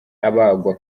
abagwa